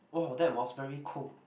!woah! that was very cool